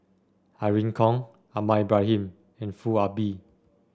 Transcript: Irene Khong Ahmad Ibrahim and Foo Ah Bee